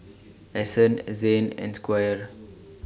Ason A Zane and Squire